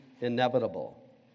inevitable